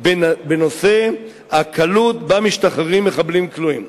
בנושא הקלות שבה משתחררים מחבלים כלואים".